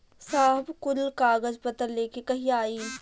साहब कुल कागज पतर लेके कहिया आई?